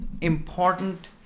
important